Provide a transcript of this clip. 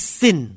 sin